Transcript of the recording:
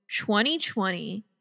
2020